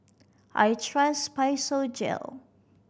I trust Physiogel